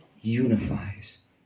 unifies